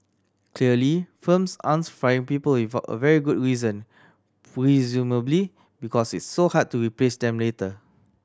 clearly firms aren't firing people without a very good reason presumably because it's so hard to replace them later